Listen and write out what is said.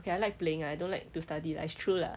okay I like playing ah I don't like to study lah it's true lah